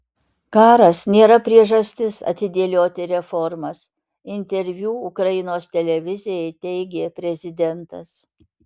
karas nėra priežastis atidėlioti reformas interviu ukrainos televizijai teigė prezidentas